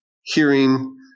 hearing